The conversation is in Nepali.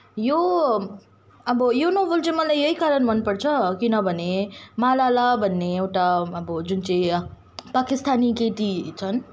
यो अब यो नोभल चाहिँ मलाई यही कारण मनपर्छ किनभने मलाला भन्ने एउटा अब जुन चाहिँ पाकिस्तानी केटी छन्